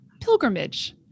Pilgrimage